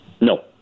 No